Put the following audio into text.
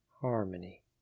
Harmony